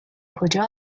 کجا